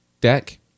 deck